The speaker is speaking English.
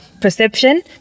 perception